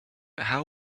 how